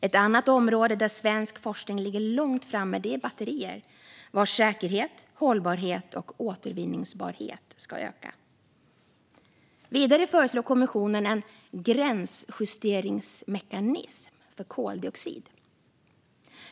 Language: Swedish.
Ett annat område där svensk forskning ligger långt framme är batterier, vars säkerhet, hållbarhet och återvinningsbarhet ska öka. Vidare föreslår kommissionen en gränsjusteringsmekanism för koldioxid.